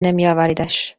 نمیآوریدش